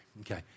Okay